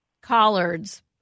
collards